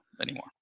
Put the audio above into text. anymore